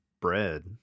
bread